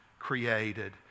created